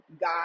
God